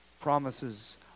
Promises